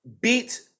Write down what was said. beat